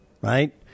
right